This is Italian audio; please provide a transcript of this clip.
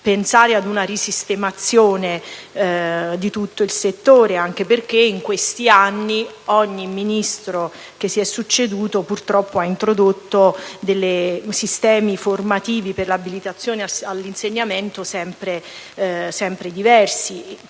pensare a una risistemazione di tutto il settore. Ciò perché in questi anni ogni Ministro che si è succeduto ha purtroppo introdotto sistemi formativi per l'abilitazione all'insegnamento sempre diversi,